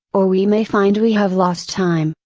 or we may find we have lost time,